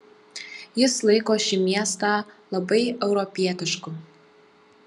jis laiko šį miestą labai europietišku